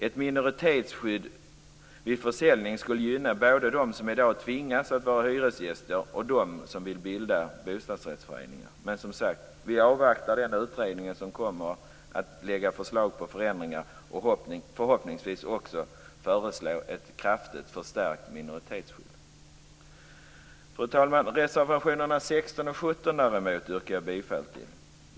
Ett minoritetsskydd vid försäljning skulle gynna både dem som i dag tvingas vara hyresgäster och dem som vill bilda bostadsrättsföreningar. Men vi avvaktar, som sagt, den utredning som kommer att lägga förslag om förändringar och förhoppningsvis också föreslå ett kraftigt förstärkt minoritetsskydd. Fru talman! Reservationerna 16 och 17 yrkar jag däremot bifall till.